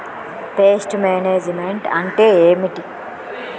Pest management అంటే ఏమిటి?